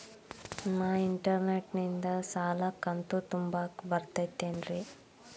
ನಾ ಇಂಟರ್ನೆಟ್ ನಿಂದ ಸಾಲದ ಕಂತು ತುಂಬಾಕ್ ಬರತೈತೇನ್ರೇ?